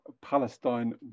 palestine